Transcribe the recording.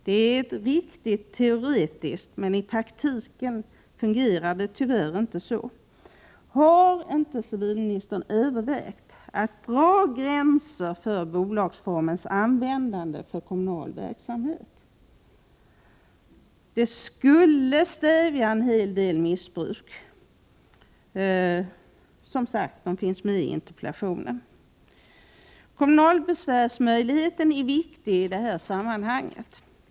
Det är teoretiskt riktigt, men i praktiken fungerar det tyvärr inte så. Har inte civilministern övervägt att dra klara gränser för bolagsformens användande för kommunal verksamhet? Det skulle stävja en hel del missbruk — exempel finns som sagt i interpellationen. Kommunalbesvärsmöjligheten är viktig i detta sammanhang.